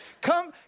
Come